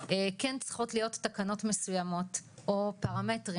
כן צריכות להיות תקנות מסוימות או פרמטרים